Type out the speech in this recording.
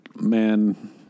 man